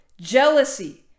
jealousy